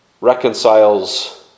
reconciles